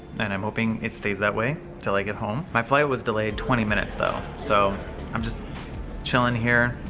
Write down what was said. and i'm hoping it stays that way until i get home. my flight was delayed twenty minutes though. so i'm just chillin here.